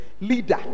leader